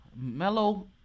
Mellow